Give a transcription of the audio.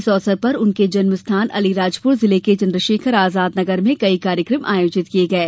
इस अवसर पर उनके जन्म स्थान अलीराजपुर जिले के चन्द्रशेखर आजाद नगर में कई कार्यक्रम आयोजित किये गये